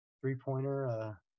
three-pointer